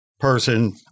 person